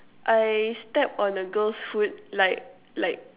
I step on a girl's foot like like